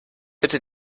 bitte